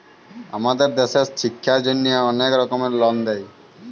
আমাদের দ্যাশে ছিক্ষার জ্যনহে অলেক রকমের লল দেয়